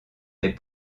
des